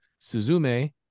suzume